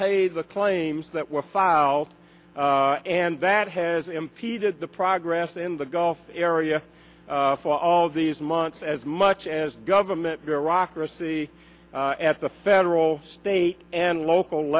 pay the claims that were filed and that has impeded the progress in the gulf area for all these months as much as government bureaucracy at the federal state and local